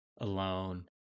alone